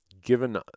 given